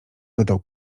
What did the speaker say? dodał